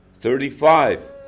Thirty-five